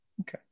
Okay